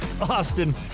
Austin